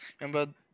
Remember